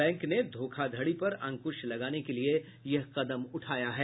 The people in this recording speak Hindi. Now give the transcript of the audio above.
बैंक ने धोखधड़ी पर अंकुश लगाने के लिए यह कदम उठाया है